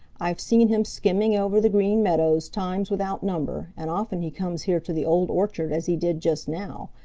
i've seen him skimming over the green meadows times without number, and often he comes here to the old orchard as he did just now,